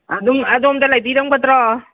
ꯑꯗꯨꯝ ꯑꯗꯣꯝꯗ ꯂꯩꯕꯤꯔꯝꯒꯗ꯭ꯔꯣ